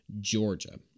georgia